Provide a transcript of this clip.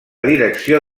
direcció